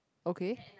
okay